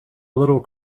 little